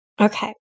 Okay